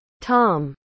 Tom